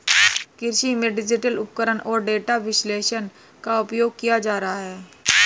कृषि में डिजिटल उपकरण और डेटा विश्लेषण का उपयोग किया जा रहा है